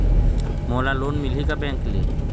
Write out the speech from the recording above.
मोला लोन मिलही का बैंक ले?